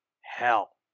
hell